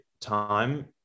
time